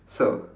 so